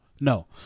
no